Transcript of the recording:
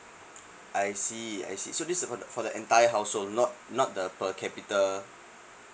I see I see so this uh for the for the entire household not not the per capita